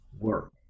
work